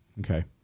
Okay